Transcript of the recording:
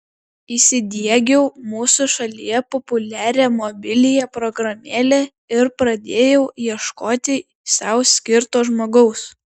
įsidiegiau mūsų šalyje populiarią mobiliąją programėlę ir pradėjau ieškoti sau skirto žmogaus